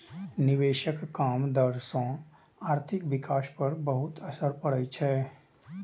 निवेशक कम दर सं आर्थिक विकास पर बहुत असर पड़ै छै